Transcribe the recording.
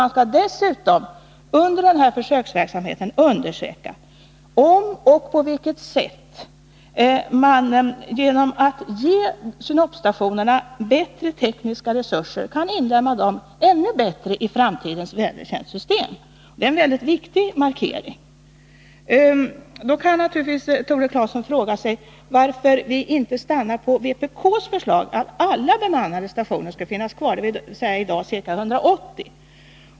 Man skall dessutom under försöksverksamheten undersöka om och Torsdagen den på vilket sätt man genom att ge de synoptiska stationerna bättre tekniska 14 maj 1981 resurser kan inlemma dem ännu bättre i framtidens vädertjänstsystem. Det är en väldigt viktig markering. Då kan Tore Claeson naturligtvis fråga sig varför vi inte stannar för vpk:s förslag att alla bemannade stationer skall finnas kvar, dvs. i dag ca 180.